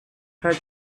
her